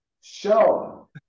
show